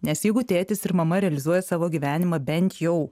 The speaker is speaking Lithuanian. nes jeigu tėtis ir mama realizuoja savo gyvenimą bent jau